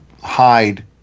hide